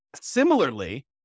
Similarly